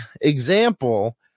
example